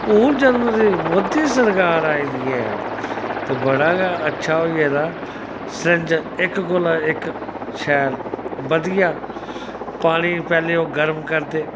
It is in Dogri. हून जदूं दी मोदी सरकार आई दी ऐ ते बड़ा गै अच्छा होई गेदा सरिंज इक कोला इक शैल बधिया पानी पैह्लें ओह् गर्म करदे